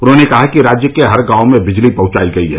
उन्होंने कहा कि राज्य के हर गांव में बिजली पहुंचायी गयी है